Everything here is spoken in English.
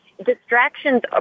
distractions